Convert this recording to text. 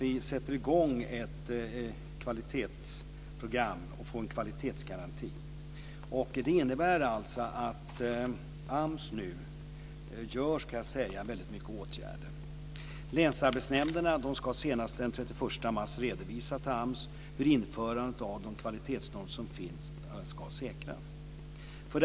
Nu sätter vi i gång ett kvalitetsprogram och får en kvalitetsgaranti. Det innebär att AMS nu vidtar väldigt många åtgärder. 1. Länsarbetsnämnderna ska senast den 31 mars redovisa till AMS hur införandet av den kvalitetsnorm som finns ska säkras. 2.